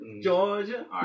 Georgia